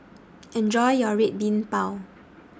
Enjoy your Red Bean Bao